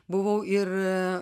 buvau ir